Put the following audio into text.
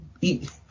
eat